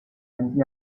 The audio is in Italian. venti